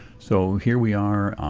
so here we are,